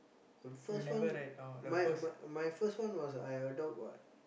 first one my my my first one was I adopt what